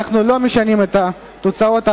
אנחנו לא משנים את תוצאות ההצבעה.